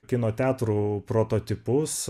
kino teatrų prototipus